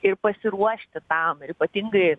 ir pasiruošti tam ir ypatingai